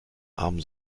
armen